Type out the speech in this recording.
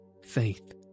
faith